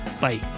Bye